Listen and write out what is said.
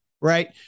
Right